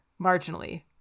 marginally